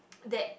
that